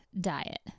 diet